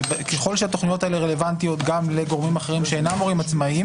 ככל שהתכניות האלה רלוונטיות גם לגורמים אחרים שאינם הורים עצמאים